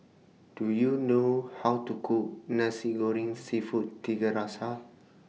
Do YOU know How to Cook Nasi Goreng Seafood Tiga Rasa